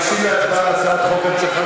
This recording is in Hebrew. ניגשים להצבעה על הצעת חוק הנצחת